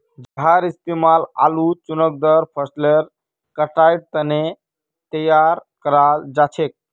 जहार इस्तेमाल आलू चुकंदर फसलेर कटाईर तने तैयार कराल जाछेक